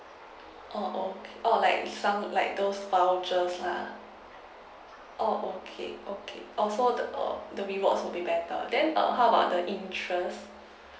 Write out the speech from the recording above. oh okay oh like some like those vouchers lah oh okay okay oh so the err the rewards would be better then err how about the interest